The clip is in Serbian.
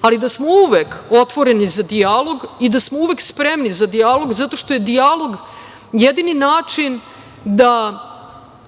ali da smo uvek otvoreni za dijalog i da smo uvek spremni za dijalog, zato što je dijalog jedini način da